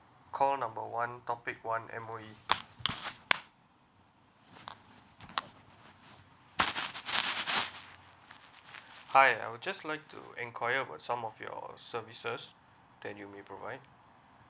call number one topic one M_O_E hi I'll just like inquire about some of your services that you may provide